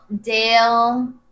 dale